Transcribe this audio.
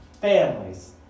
families